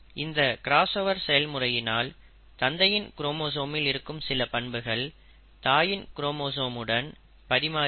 இந்த கிராஸ்ஓவர் செயல்முறையினல் தந்தையின் குரோமோசோமில் இருக்கும் சில பண்புகள் தாயின் குரோமோசோமுடன் பரிமாறி இருக்கும்